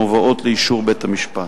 הן מובאות לאישור בית-המשפט.